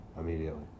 immediately